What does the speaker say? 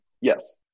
Yes